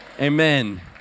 Amen